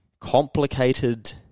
complicated